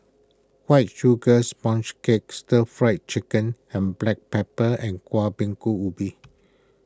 White Sugar Sponge Cake Stir Fry Chicken with Black Pepper and Kuih Bingka Ubi